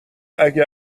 اگه